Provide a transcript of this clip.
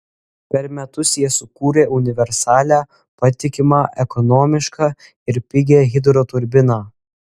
per metus jie sukūrė universalią patikimą ekonomišką ir pigią hidroturbiną